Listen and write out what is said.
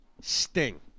Sting